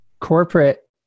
corporate